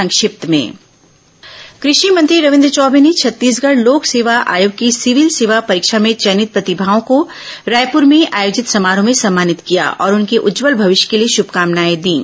संक्षिप्त समाचार कृषि मंत्री रविन्द्र चौबे ने छत्तीसगढ़ लोक सेवा आयोग की सिविल सेवा परीक्षा में चयनित प्रतिभाओं को रायपुर में आयोजित समारोह में सम्मानित किया और उनके उज्ज्वल भविष्य के लिए श्रभकामनाएं दीं